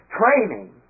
training